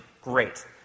Great